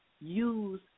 use